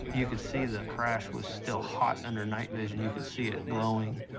you could see the crash was still hot under night vision, you could see it glowing.